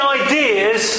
ideas